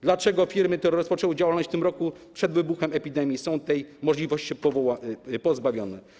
Dlaczego firmy, które rozpoczęły działalność w tym roku, przed wybuchem pandemii, są tej możliwości pozbawione?